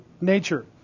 nature